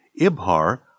Ibhar